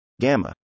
gamma